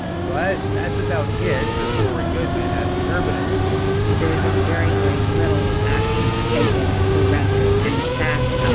but that's about it, says laurie goodman at the urban institute there have been very, very little actions taken for renters. and in fact, um